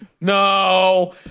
no